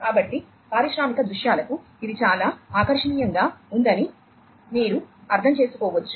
కాబట్టి పారిశ్రామిక దృశ్యాలకు ఇది చాలా ఆకర్షణీయంగా ఉందని మీరు అర్థం చేసుకోవచ్చు